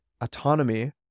autonomy